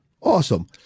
Awesome